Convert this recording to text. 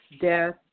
death